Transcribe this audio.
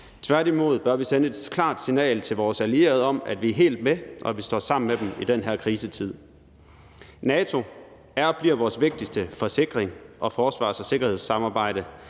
Tværtimod bør vi sende et klart signal til vores allierede om, at vi er helt med, og at vi står sammen med dem i den her krisetid. NATO er og bliver vores vigtigste forsikring og forsvars- og sikkerhedssamarbejde,